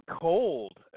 cold